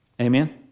Amen